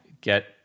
get